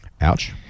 Ouch